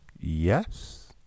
Yes